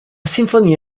sinfonia